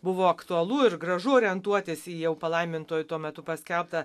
buvo aktualu ir gražu orientuotis į jau palaimintuoju tuo metu paskelbtą